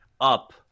up